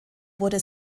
wurde